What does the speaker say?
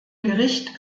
gericht